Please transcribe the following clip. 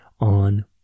on